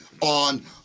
on